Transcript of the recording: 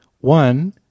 one